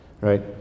Right